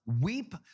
weep